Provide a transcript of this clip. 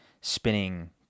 spinning